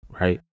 right